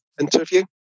interview